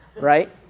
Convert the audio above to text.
right